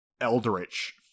eldritch